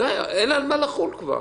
הפגיעה היא פגיעה בצבא כגוף.